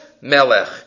Melech